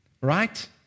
right